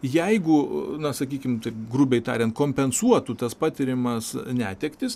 jeigu na sakykim taip grubiai tariant kompensuotų tas patiriamas netektis